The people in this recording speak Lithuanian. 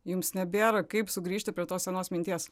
jums nebėra kaip sugrįžti prie tos senos minties